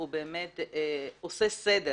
הוא באמת עושה סדר